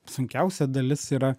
sunkiausia dalis yra